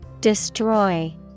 Destroy